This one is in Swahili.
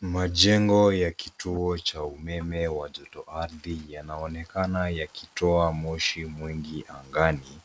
Majengo ya kituo cha umeme wa joto ardhi yanaonekana yakitoa moshi mwingi angani